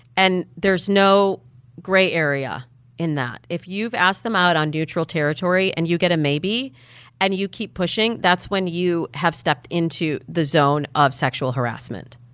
and there's no gray area in that if you've asked them out on neutral territory and you get a maybe and you keep pushing, that's when you have stepped into the zone of sexual harassment.